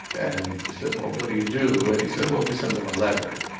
and we said, well, what do you do? and he said, well, we send them a letter.